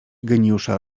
geniusza